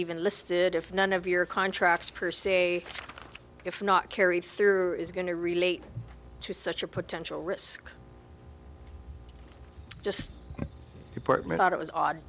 even listed if none of your contracts per se if not carried through is going to relate to such a potential risk just department thought it was odd